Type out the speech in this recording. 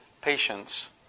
patience